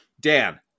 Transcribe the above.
Dan